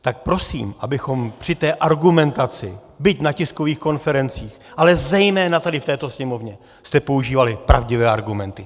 Tak prosím, abychom při té argumentaci, byť na tiskových konferencích, ale zejména tady v této sněmovně, používali pravdivé argumenty.